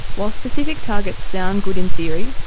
while specific targets sound good in theory,